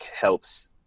helps